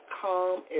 calm